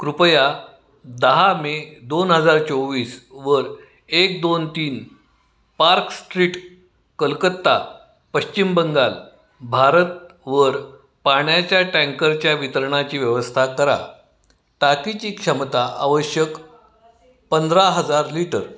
कृपया दहा मे दोन हजार चोवीसवर एक दोन तीन पार्क स्ट्रीट कलकत्ता पश्चिम बंगाल भारतवर पाण्याच्या टँकरच्या वितरणाची व्यवस्था करा टाकीची क्षमता आवश्यक पंधरा हजार लिटर